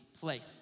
place